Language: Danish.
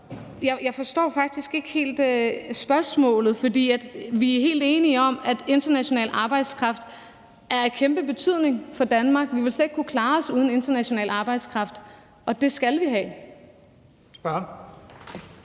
jeg forstår faktisk ikke helt spørgsmålet. For vi er helt enige om, at international arbejdskraft er af kæmpe betydning for Danmark. Vi ville slet ikke kunne klare os uden international arbejdskraft, og det skal vi have.